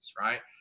right